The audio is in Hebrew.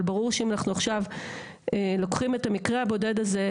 אבל ברור שאם אנחנו עכשיו לוקחים את המקרה הבודד הזה,